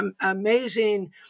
amazing